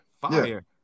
Fire